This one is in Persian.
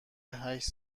هشت